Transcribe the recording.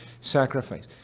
sacrifice